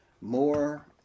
more